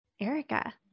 Erica